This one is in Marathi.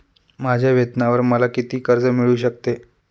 माझ्या वेतनावर मला किती कर्ज मिळू शकते?